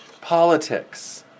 Politics